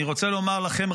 אני רוצה לומר לכם,